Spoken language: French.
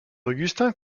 augustin